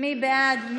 מי בעד?